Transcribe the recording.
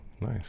nice